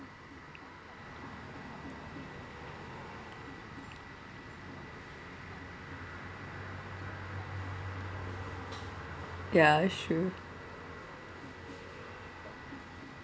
ya that's true